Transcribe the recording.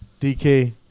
DK